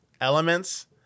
elements